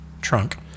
trunk